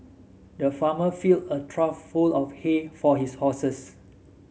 the farmer filled a trough full of hay for his horses